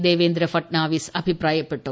ദേവേന്ദ്ര ഭട്നാവിസ് അഭിപ്രാ യപ്പെട്ടു